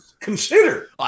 consider